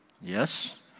Yes